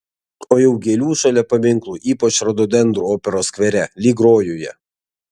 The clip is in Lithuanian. o jau gėlių šalia paminklų ypač rododendrų operos skvere lyg rojuje